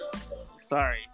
Sorry